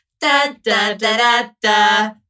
Da-da-da-da-da